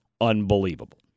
unbelievable